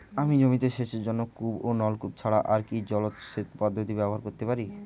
আমি জমিতে সেচের জন্য কূপ ও নলকূপ ছাড়া আর কি জলসেচ পদ্ধতি ব্যবহার করতে পারি?